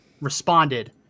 responded